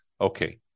Okay